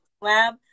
lab